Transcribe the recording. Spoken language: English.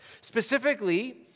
Specifically